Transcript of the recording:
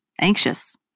anxious